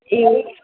ए